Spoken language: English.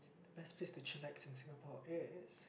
best place to chill at in Singapore is